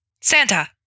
Santa